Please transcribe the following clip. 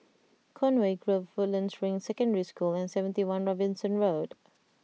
Conway Grove Woodlands Ring Secondary School and seventy one Robinson Road